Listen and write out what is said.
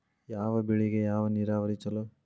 ಯಾವ ಬೆಳಿಗೆ ಯಾವ ನೇರಾವರಿ ಛಲೋ?